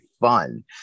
fun